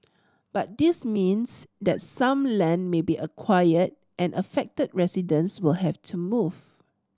but this means that some land may be acquired and affected residents will have to move